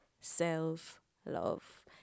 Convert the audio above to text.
self-love